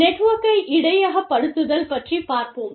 நெட்வொர்க்கை இடையகப்படுத்துதல் பற்றிப் பார்ப்போம்